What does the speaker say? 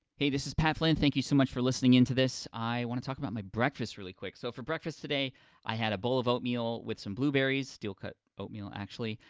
hey this this pat flynn thank you so much for listening into this, i wanna talk about my breakfast really quick. so for breakfast today i had a bowl of oatmeal with some blueberries, steel-cut oatmeal actually,